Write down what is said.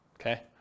Okay